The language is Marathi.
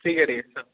ठीक आहे ठीक आहे सर